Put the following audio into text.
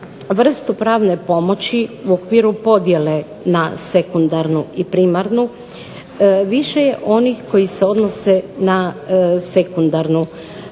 vrstu pravne pomoći u okviru podijele na sekundarnu i primarnu više je onih koji se odnose na sekundarnu